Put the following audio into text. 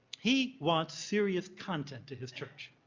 he wants serious content to his church.